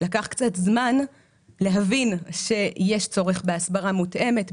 לקח קצת זמן להבין שיש צורך בהסברה מותאמת,